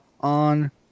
on